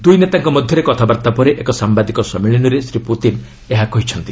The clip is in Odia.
ଦୂଇ ନେତାଙ୍କ ମଧ୍ୟରେ କଥାବାର୍ତ୍ତା ପରେ ଏକ ସାମ୍ଭାଦିକ ସମ୍ମିଳନୀରେ ଶ୍ରୀ ପ୍ରତିନ୍ ଏହା କହିଛନ୍ତି